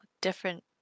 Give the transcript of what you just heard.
Different